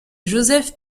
joseph